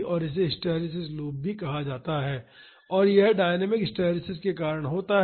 और इसे hysteresis loop भी कहा जाता है और यह डायनेमिक हिस्टैरिसीस के कारण होता है